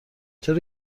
چرا